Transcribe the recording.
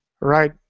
Right